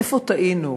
איפה טעינו?